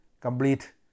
complete